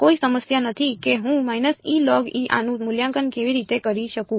તેથી કોઈ સમસ્યા નથી કે હું આનું મૂલ્યાંકન કેવી રીતે કરી શકું